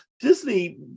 Disney